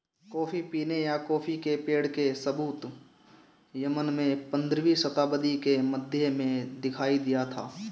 coffee पीने या coffee के पेड़ के सबूत यमन में पंद्रहवी शताब्दी के मध्य में दिखाई दिया था